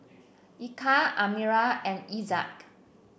Eka Amirah and Aizat